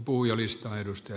arvoisa puhemies